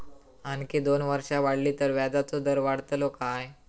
आणखी दोन वर्षा वाढली तर व्याजाचो दर वाढतलो काय?